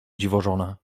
dziwożona